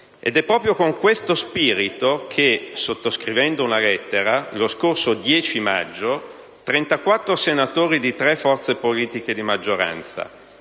È proprio con questo spirito che, sottoscrivendo una lettera, lo scorso 10 maggio 34 senatori di tre forze politiche di maggioranza,